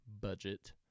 budget